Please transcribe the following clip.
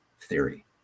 theory